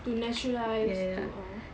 to naturalise to uh